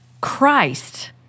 Christ